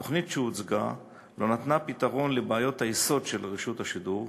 התוכנית שהוצגה לא נתנה פתרון לבעיות היסוד של רשות השידור,